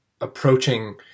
approaching